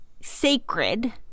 sacred